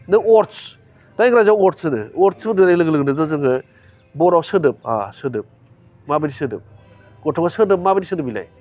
नों वर्डस दा इंराजीयाव वर्डस होनो वर्डस होन्नाय लोगो लोगोनो जे जोङो बर'वाव सोदोब सोदोब माबादि सोदोब गथ'खौ सोदोब माबादि सोदोब बेलाय